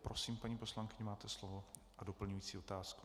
Prosím, paní poslankyně, máte slovo a doplňující otázku.